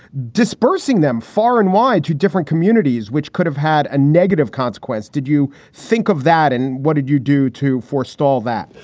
dispersing them far and wide to different communities, which could have had a negative consequence. did you think of that and what did you do to forestall that?